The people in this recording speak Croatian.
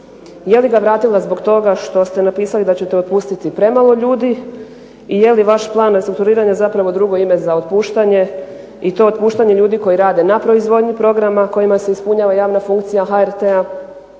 Je li ga vratila zbog toga što ste napisali da ćete otpustiti premalo ljudi i je li vaš plan restrukturiranja zapravo drugo ime za otpuštanje i to otpuštanje ljudi koji rade na proizvodnji programa, kojima se ispunjava javna funkcija HRT-a